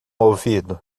ouvido